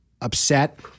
upset